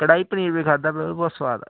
ਕੜਾਈ ਪਨੀਰ ਵੀ ਖਾਦਾ ਬਹੁਤ ਸਵਾਦ ਆ